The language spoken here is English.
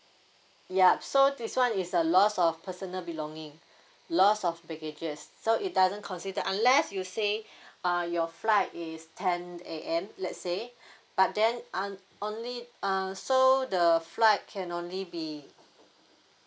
ya so this one is a loss of personal belonging loss of baggages so it doesn't consider unless you say uh your flight is ten A_M let's say but then un~ only uh so the flight can only be